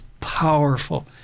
powerful